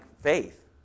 faith